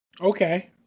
Okay